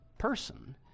person